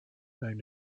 known